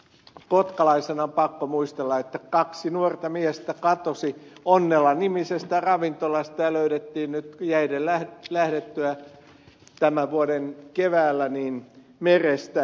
kotkalaisena on pakko muistella että kaksi nuorta miestä katosi onnela nimisestä ravintolasta ja heidät löydettiin jäiden lähdettyä tämän vuoden keväällä merestä